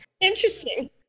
Interesting